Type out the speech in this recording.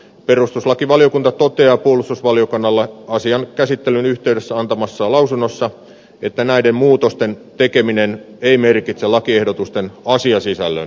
perustuslakivaliokunta toteaa puolustusvaliokunnalle asian käsittelyn yhteydessä antamassaan lausunnossa että näiden muutosten tekeminen ei merkitse lakiehdotusten asiasisällön muuttamista